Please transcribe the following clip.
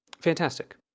Fantastic